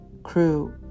crew